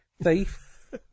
Thief